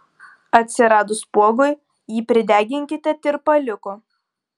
atsiradus spuogui jį prideginkite tirpaliuku